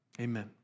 Amen